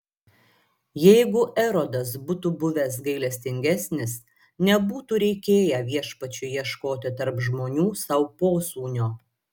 jeigu erodas būtų buvęs gailestingesnis nebūtų reikėję viešpačiui ieškoti tarp žmonių sau posūnio